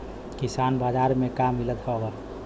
किसान बाजार मे का मिलत हव?